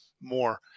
more